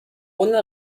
ohne